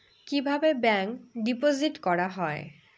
কিভাবে ব্যাংকে ডিপোজিট করা হয়?